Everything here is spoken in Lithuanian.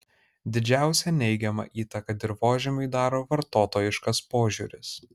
didžiausią neigiamą įtaką dirvožemiui daro vartotojiškas požiūris